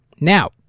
Now